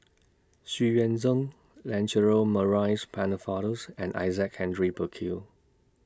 Xu Yuan Zhen Lancelot Maurice Pennefather's and Isaac Henry Burkill